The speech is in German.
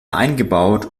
eingebaut